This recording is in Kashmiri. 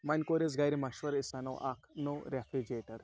وَنۍ کوٚر اَسِہ گَرِ مَشوَر أسۍ اَنو اَکھ نو رٮ۪فرِجریٹَر